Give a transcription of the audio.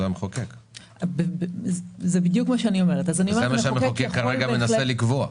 המחוקק וזה מה שהמחוקק כרגע מנסה לקבוע.